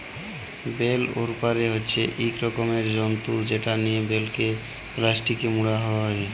bell wrapper হছে ইক রকমের যল্তর যেট লিয়ে বেলকে পেলাস্টিকে মুড়া হ্যয়